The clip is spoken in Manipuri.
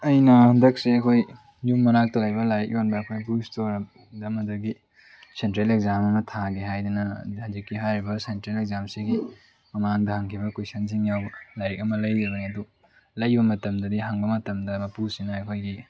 ꯑꯩꯅ ꯍꯟꯗꯛꯁꯦ ꯑꯩꯈꯣꯏ ꯌꯨꯝ ꯃꯅꯥꯛꯇ ꯂꯩꯕ ꯂꯥꯏꯔꯤꯛ ꯌꯣꯟꯕ ꯑꯩꯈꯣꯏ ꯕꯨꯛ ꯁ꯭ꯇꯣꯔ ꯑꯃꯗꯒꯤ ꯁꯦꯟꯇ꯭ꯔꯦꯜ ꯑꯦꯛꯖꯥꯝ ꯑꯃ ꯊꯥꯒꯦ ꯍꯥꯏꯗꯨꯅ ꯍꯧꯖꯤꯛꯀꯤ ꯍꯥꯏꯔꯤꯕ ꯁꯦꯟꯇ꯭ꯔꯦꯜ ꯑꯦꯛꯖꯥꯝꯁꯤꯒꯤ ꯃꯃꯥꯡꯗ ꯍꯪꯈꯤꯕ ꯀꯣꯏꯁꯟꯁꯤꯡ ꯌꯥꯎꯕ ꯂꯥꯏꯔꯤꯛ ꯑꯃ ꯂꯩꯖꯕꯅꯦ ꯑꯗꯨ ꯂꯩꯕ ꯃꯇꯝꯗꯗꯤ ꯍꯪꯕ ꯃꯇꯝꯗ ꯃꯄꯨꯁꯤꯅ ꯑꯩꯈꯣꯏꯒꯤ